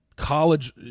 college